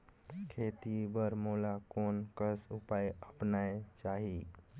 खेती करे बर मोला कोन कस उपाय अपनाये चाही?